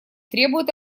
требует